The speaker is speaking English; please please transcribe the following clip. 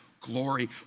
glory